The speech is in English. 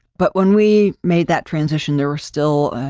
but when we made that transition, there were still,